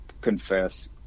confess